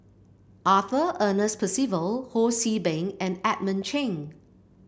Arthur Ernest Percival Ho See Beng and Edmund Cheng